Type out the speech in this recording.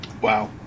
Wow